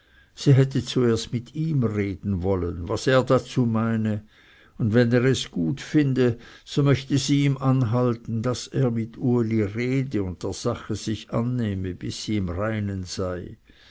sie hätte zuerst mit ihm reden wollen was er dazu meine und wenn er es gut finde so möchte sie ihm anhalten daß er mit uli rede und der sache sich annehme bis sie im reinen sei